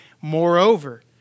Moreover